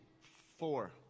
four